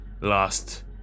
last